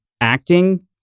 acting